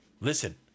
listen